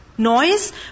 Noise